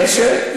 קשה.